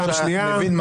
נפל.